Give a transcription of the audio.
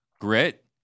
grit